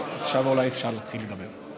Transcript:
טוב, עכשיו אולי אפשר להתחיל לדבר.